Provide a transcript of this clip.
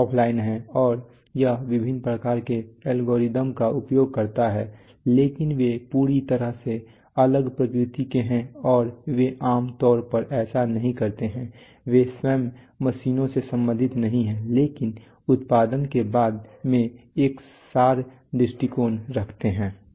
offline है और यह विभिन्न प्रकार के एल्गोरिदम का उपयोग करता है लेकिन वे पूरी तरह से अलग प्रकृति के हैं और वे आम तौर पर ऐसा नहीं करते हैं वे स्वयं मशीनों से संबंधित नहीं हैं लेकिन उत्पादन के बारे में एक सार दृष्टिकोण रखते हैं